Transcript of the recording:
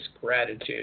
gratitude